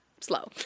slow